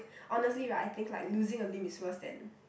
honestly right I think like losing a limb is worse than